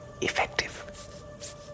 Effective